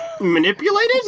manipulated